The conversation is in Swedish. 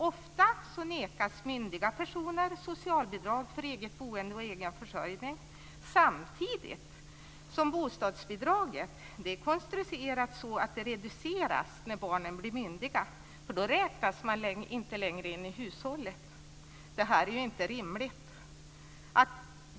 Ofta nekas myndiga personer socialbidrag för eget boende och egen försörjning samtidigt som bostadsbidraget är konstruerat så att det reduceras när barnen blir myndiga. Då räknas de inte längre in i hushållet. Det här är inte rimligt.